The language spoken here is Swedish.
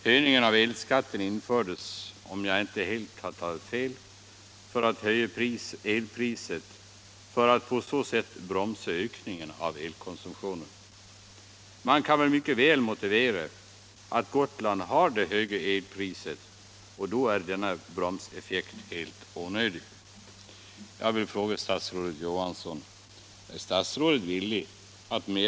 Höjningen av elskatten infördes, om jag inte helt har tagit fel, för att höja elpriset och på så sätt bromsa ökningen av elkonsumtionen. Men Gotland har ju redan det högre elpriset, och då är denna bromseffekt helt onödig.